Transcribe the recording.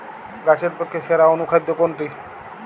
গাছের পক্ষে সেরা অনুখাদ্য কোনটি?